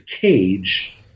cage